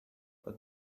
but